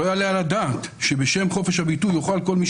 "לא יעלה על הדעת שבשם חופש הביטוי יוכל כל מי